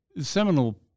seminal